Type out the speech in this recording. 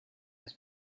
his